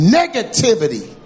negativity